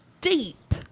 deep